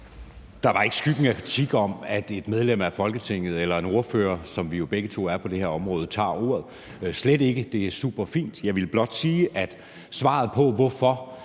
Der var ikke skyggen af kritik af, at et medlem af Folketinget eller en ordfører, som vi jo begge to er på det her område, tager ordet, slet ikke. Det er super fint. Jeg ville blot sige, at svaret på, hvorfor